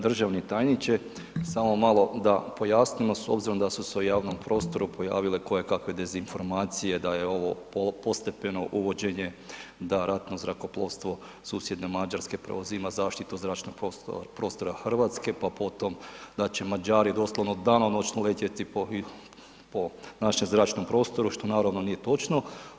Državni tajniče, samo malo da pojasnimo s obzirom da su se u javnom prostoru pojavile koje kakve dezinformacije da je ovo postepeno uvođenje da ratno zrakoplovstvo susjedne Mađarske preuzima zaštitu zračnog prostora Hrvatske, pa potom da će Mađari doslovno danonoćno letjeti po našem zračnom prostoru, što naravno nije točno.